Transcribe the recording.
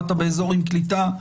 ואתה באזור עם קליטה,